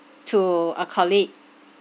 to a colleague